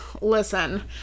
listen